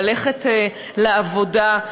ללכת לעבודה.